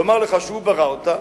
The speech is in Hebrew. לומר לך שהוא ברא אותה.